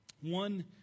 one